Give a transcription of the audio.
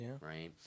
right